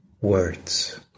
words